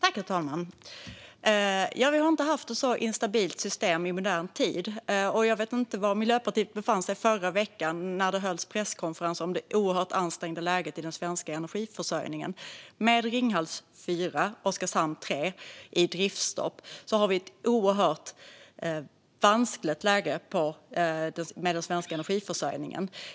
Herr talman! Vi har inte haft ett så instabilt system i modern tid. Jag vet inte var Miljöpartiet befann sig förra veckan när det hölls presskonferens om det oerhört ansträngda läget i den svenska energiförsörjningen. Med Ringhals 4 och Oskarshamn 3 i driftsstopp har vi ett oerhört vanskligt läge när det gäller den svenska energiförsörjningen.